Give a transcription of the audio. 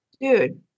dude